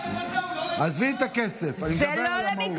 היא אמרה שהכסף הזה הוא לא למקוואות.